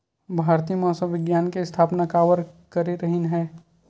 भारती मौसम विज्ञान के स्थापना काबर करे रहीन है?